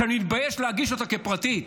שאני מתבייש להגיש אותה כפרטית.